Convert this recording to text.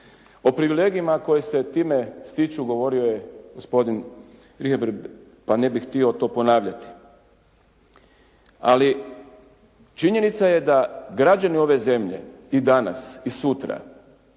Po privilegijama koje se time stiču govorio je gospodin prije, pa ne bih htio to ponavljati, ali činjenica je da građani ove zemlje i danas i sutra,